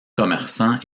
commerçants